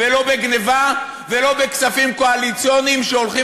לא בגנבה ולא בכספים קואליציוניים שהולכים